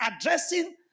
addressing